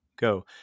go